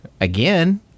again